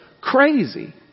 crazy